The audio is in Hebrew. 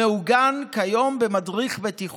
המעוגן כיום במדריך בטיחות.